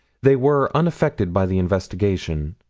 they were unaffected by the investigation.